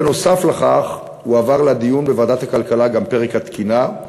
בנוסף לכך הועבר לדיון בוועדת הכלכלה גם פרק התקינה,